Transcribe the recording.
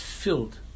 filled